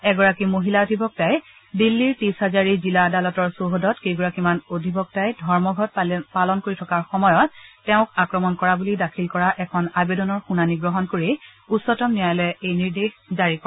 এগৰাকী মহিলা অধিবক্তাই দিল্লীৰ টিছ হাজাৰী জিলা আদালতৰ চৌহদত কেইগৰাকীমান অধিবক্তাই ধৰ্মঘট পালন কৰি থকাৰ সময়ত তেওঁক আক্ৰমণ কৰা বুলি দাখিল কৰা এখন আবেদনৰ শুনানি গ্ৰহণ কৰি উচ্চতম ন্যায়ালযে এই নিৰ্দেশ জাৰি কৰে